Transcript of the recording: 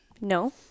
No